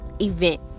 event